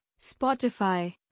Spotify